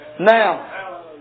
Now